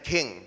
King